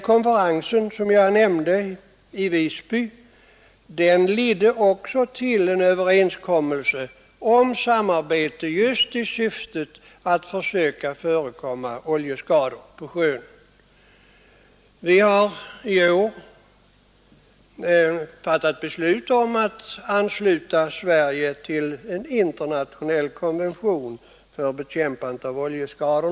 Konferensen i Visby ledde också till en överenskommelse om samarbete just i syfte att försöka förebygga oljeskador på sjön. Vi har i år fattat beslut om Sveriges anslutning till en internationell konvention för bekämpande av oljeskador.